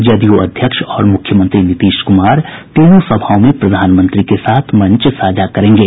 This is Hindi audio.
जदयू अध्यक्ष और मुख्यमंत्री नीतीश कुमार तीनों सभाओं में प्रधानमंत्री के साथ मंच साझा करेंगे